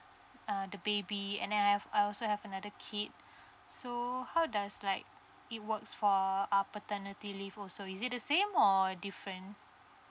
uh the baby and then I have I also have another kid so how does like it works for uh our paternity leave also is it the same or different